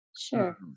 sure